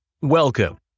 Welcome